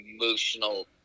emotional